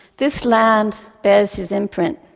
this land bears his imprint.